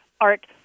art